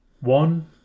One